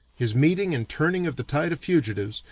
his meeting and turning of the tide of fugitives,